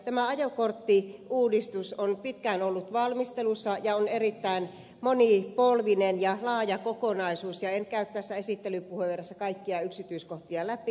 tämä ajokorttiuudistus on pitkään ollut valmistelussa ja on erittäin monipolvinen ja laaja kokonaisuus ja en käy tässä esittelypuheenvuorossa kaikkia yksityiskohtia läpi